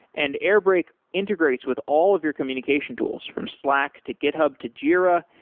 and airbrake integrates with all of your communication tools from slack, to github, to jira,